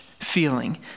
Feeling